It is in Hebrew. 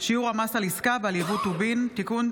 (שיעור המס על עסקה ועל יבוא טובין) (תיקון),